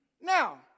Now